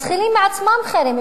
ומתחילים מעצמם חרם?